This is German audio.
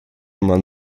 man